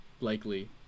likely